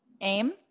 Aim